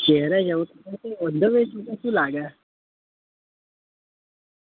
ઘરે જ આવું છું ને ઓન ધ વે છું કે શું લાગે છે